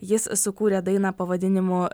jis sukūrė dainą pavadinimu